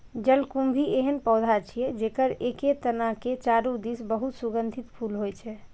जलकुंभी एहन पौधा छियै, जेकर एके तना के चारू दिस बहुत सुगंधित फूल होइ छै